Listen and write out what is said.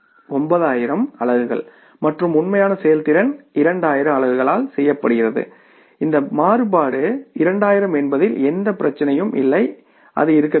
9000 அலகுகள் மற்றும் உண்மையான செயல்திறன் 2000 அலகுகளால் செய்யப்படுகிறது இந்த மாறுபாடு 2000 என்பதில் எந்த பிரச்சனையும் இல்லை அது இருக்கக்கூடும்